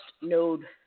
node